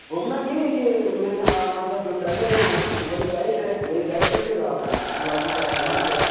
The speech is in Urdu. گھومنا یہی ہے کہ میرے ہمارے ساتھ جو ڈرائیور ہے وہی گائڈ ہے وہی گائڈ کر دے گا آپ کو شیوا پارک گھمائے گا